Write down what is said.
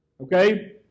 Okay